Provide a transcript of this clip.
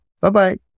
Bye-bye